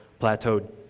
plateaued